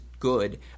good